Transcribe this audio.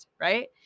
right